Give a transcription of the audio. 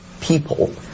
people